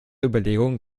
überlegung